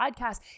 podcast